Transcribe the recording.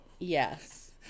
yes